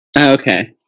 Okay